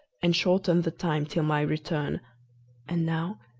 and shorten the time till my return and now,